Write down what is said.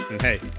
Hey